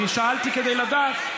אני שאלתי כדי לדעת,